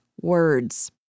words